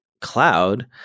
cloud